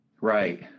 Right